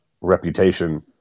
reputation